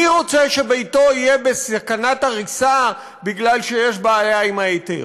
מי רוצה שביתו יהיה בסכנת הריסה בגלל שיש בעיה עם ההיתר?